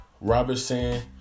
Robinson